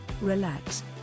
relax